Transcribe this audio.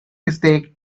mistake